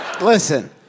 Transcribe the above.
Listen